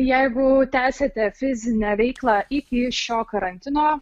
jeigu tęsiate fizinę veiklą iki šio karantino